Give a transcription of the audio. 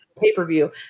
pay-per-view